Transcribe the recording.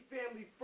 Family